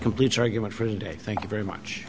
completes argument for today thank you very much